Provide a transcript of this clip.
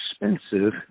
expensive